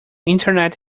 internet